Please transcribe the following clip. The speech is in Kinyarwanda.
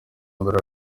mbere